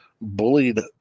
bullied